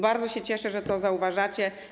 Bardzo się cieszę, że to zauważacie.